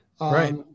right